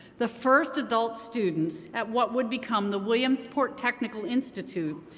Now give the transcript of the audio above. the first adult students at what would become the williamsport technical institute,